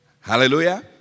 Hallelujah